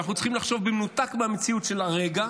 ואנחנו צריכים לחשוב במנותק מהמציאות של הרגע,